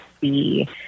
see